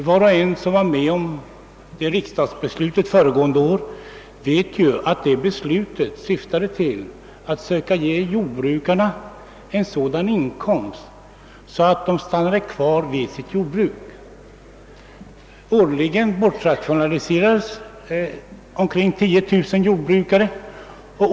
Var och en som var med om riksdagsbeslutet föregående år vet dock att det beslutet syftade till att söka ge jordbrukarna en sådan inkomst att de stannar kvar i sitt yrke. Årligen har bortrationaliserats omkring 10000 jordbrukare.